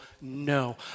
no